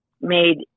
made